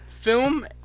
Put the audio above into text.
Film